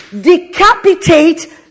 decapitate